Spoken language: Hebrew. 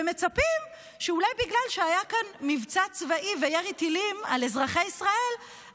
ומצפים שאולי בגלל שהיה כאן מבצע צבאי וירי טילים על אזרחי ישראל,